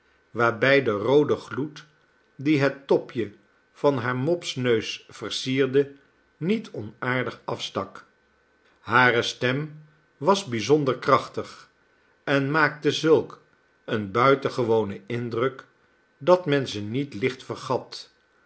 waarbij de roode gloed die het topje van haar mopneus versierde niet onaardig afstak hare stem was bijzonder krachtig en maakte zulk een buitengewonen indruk dat men ze niet licht vergat